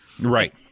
Right